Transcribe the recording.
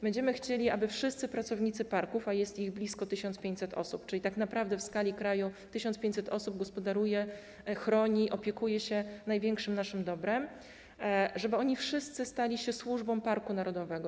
Będziemy chcieli, aby wszyscy pracownicy parków - a jest ich blisko 1500, czyli tak naprawdę w skali kraju 1500 osób gospodaruje, chroni, opiekuje się największym naszym dobrem - stali się służbą parku narodowego.